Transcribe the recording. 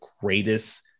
greatest